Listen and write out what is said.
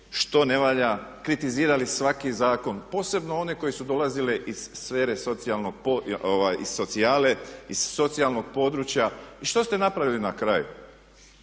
što ne valja, kritizirali svaki zakon posebno one koji su dolazili iz sfere socijale, iz socijalnog područja i što ste napravili na kraju?